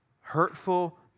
hurtful